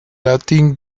latín